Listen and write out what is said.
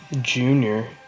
Junior